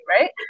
right